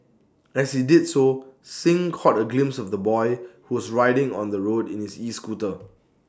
as he did so Singh caught A glimpse of the boy who was riding on the road in his escooter